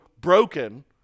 broken